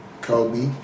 Kobe